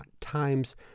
times